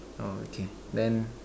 orh okay then